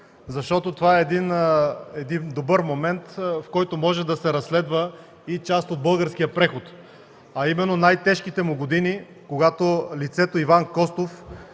Това е един добър момент, в който може да се разследва и част от българския преход, а именно най-тежките му години, когато лицето Иван Костов